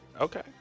Okay